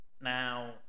Now